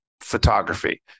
photography